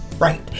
right